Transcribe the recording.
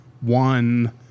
One